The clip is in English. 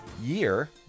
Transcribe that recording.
year